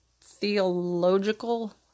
Theological